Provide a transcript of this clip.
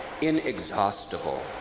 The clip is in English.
inexhaustible